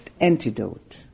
antidote